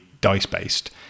dice-based